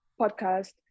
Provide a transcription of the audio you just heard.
podcast